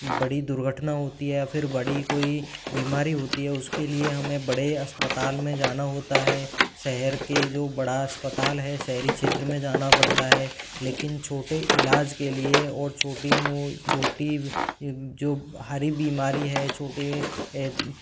बड़ी दुर्घटना होती है या फिर बड़ी कोई बीमारी होती है उसके लिए हमें बड़े अस्पताल में जाना होता है शहर के जो बड़ा अस्पताल है शहरी क्षेत्र में जाना पड़ता है लेकिन छोटे इलाज के लिए और छोटी मुँह छोटी जो बीमारी है छोटे